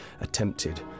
attempted